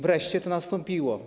Wreszcie to nastąpiło.